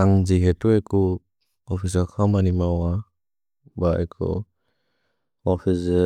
अन्ग् जिहेतुएकु ओफिस खमनि मौअ बएकु। ओफिसे